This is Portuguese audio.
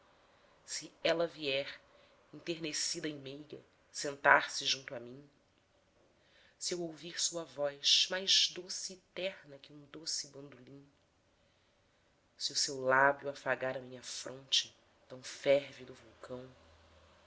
se ela vier enternecida e meiga sentar-se junto a mim se eu ouvir sua voz mais doce e terna que um doce bandolim se o seu lábio afagar a minha fronte tão fervido vulcão